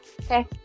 okay